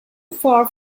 far